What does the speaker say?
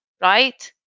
right